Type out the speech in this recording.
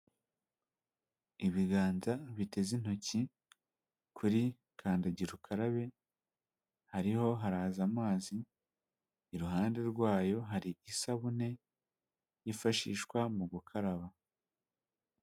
Ibiganza biteze intoki kuri kandagira ukarabe hariho haraza amazi iruhande rwayo hari isabune yifashishwa mu gukaraba.